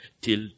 till